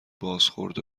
بازخورد